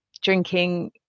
drinking